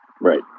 Right